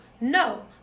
No